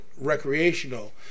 recreational